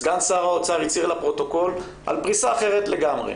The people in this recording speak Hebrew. סגן שר האוצר הצהיר לפרוטוקול על פריסה אחרת לגמרי.